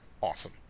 awesome